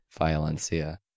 Violencia